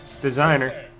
designer